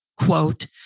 quote